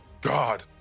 God